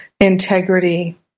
integrity